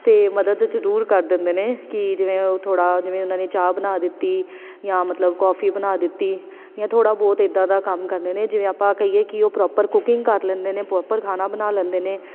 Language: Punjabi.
ਅਤੇ ਮਦਦ ਜ਼ਰੂਰ ਕਰ ਦਿੰਦੇ ਨੇ ਕਿ ਜਿਵੇਂ ਉਹ ਥੋੜ੍ਹਾ ਜਿਵੇਂ ਉਹਨਾਂ ਨੇ ਚਾਹ ਬਣਾ ਦਿੱਤੀ ਜਾਂ ਮਤਲਬ ਕੋਫੀ ਬਣਾ ਦਿੱਤੀ ਜਾਂ ਥੋੜ੍ਹਾ ਬਹੁਤ ਇੱਦਾਂ ਦਾ ਕੰਮ ਕਰਦੇ ਨੇ ਜਿਵੇਂ ਆਪਾਂ ਕਹੀਏ ਕਿ ਉਹ ਪ੍ਰੋਪਰ ਕੁਕਿੰਗ ਕਰ ਲੈਂਦੇ ਨੇ ਪ੍ਰੋਪਰ ਖਾਣਾ ਬਣਾ ਲੈਂਦੇ ਨੇ